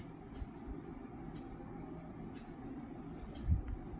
net banking ಅಲ್ಲಿ ಅವ್ರ bank ನಾಗೇ ಇರೊ ರೊಕ್ಕ ಇನ್ನೊಂದ ಕ್ಕೆ ಹಕೋದು ಇಂಟ್ರ ಟ್ರಾನ್ಸ್ಫರ್